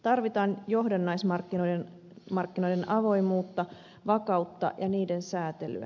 tarvitaan johdannaismarkkinoiden avoimuutta vakautta ja niiden säätelyä